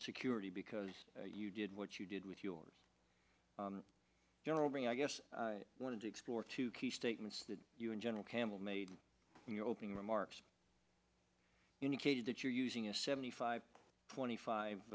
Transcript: security because you did what you did with your general being i guess i wanted to explore two key statements that you and general campbell made in your opening remarks indicated that you're using a seventy five twenty five